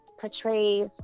portrays